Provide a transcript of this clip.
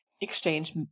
exchange